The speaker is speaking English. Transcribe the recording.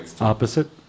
Opposite